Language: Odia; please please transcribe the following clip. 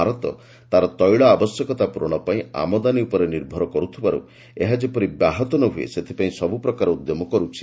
ଭାରତ ତା'ର ତୈଳ ଆବଶ୍ୟକତା ପୂର୍ବଣ ପାଇଁ ଆମଦାନୀ ଉପରେ ନିର୍ଭର କରୁଥିବାରୁ ଏହା ଯେପରି ବ୍ୟାହତ ନ ହୁଏ ସେଥିପାଇଁ ସବୁପ୍ରକାର ଉଦ୍ୟମ କରୁଛି